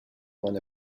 one